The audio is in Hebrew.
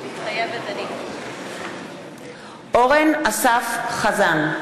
מתחייבת אני אורן אסף חזן,